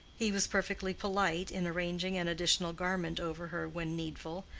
he was perfectly polite in arranging an additional garment over her when needful,